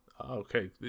Okay